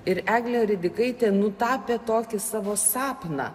ir eglė ridikaitė nutapė tokį savo sapną